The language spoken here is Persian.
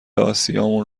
آسیامون